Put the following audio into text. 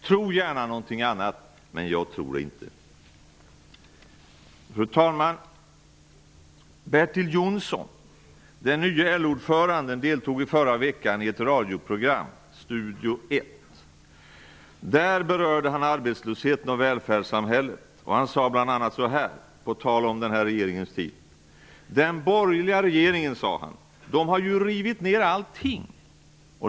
Tro gärna någonting annat! Men det gör inte jag. Fru talman! Bertil Jonsson, den nye LO ordföranden, deltog i förra veckan i radioprogrammet Studio 1. Där berörde han arbetslösheten och välfärdssamhället. På tal om den här regeringens tid sade han bl.a.: ''Den borgerliga regeringen, de har ju rivit ner allting --.''